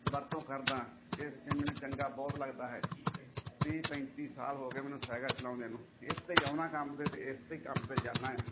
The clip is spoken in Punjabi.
ਵਰਤੋਂ ਕਰਦਾ ਇਸ ਤੇ ਮੈਨੂੰ ਚੰਗਾ ਬਹੁਤ ਲੱਗਦਾ ਹੈ ਤੀਹ ਪੈਂਤੀ ਸਾਲ ਹੋ ਗਏ ਮੈਨੂੰ ਸਾਈਕਲ ਚਲਾਉਂਦਿਆਂ ਨੂੰ ਇਤੇ ਆਉਣਾ ਕੰਮ 'ਤੇ ਤੇ ਇਸ 'ਤੇ ਹੀ ਕੰਮ 'ਤੇ ਜਾਨਾ ਆ